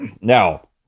Now